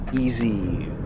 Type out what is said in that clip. easy